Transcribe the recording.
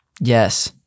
Yes